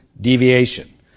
deviation